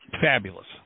fabulous